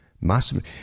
Massive